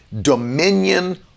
dominion